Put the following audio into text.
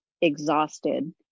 exhausted